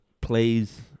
plays